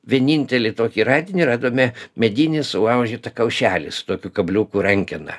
vienintelį tokį radinį radome medinį sulaužytą kaušelį su tokiu kabliukų rankena